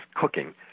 cooking